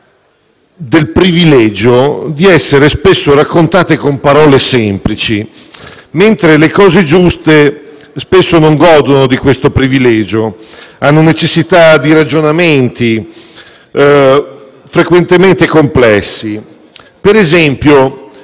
del privilegio di essere spesso raccontate con parole semplici, mentre le cose giuste spesso non godono di questo privilegio e hanno necessità di ragionamenti frequentemente complessi. Penso, per esempio,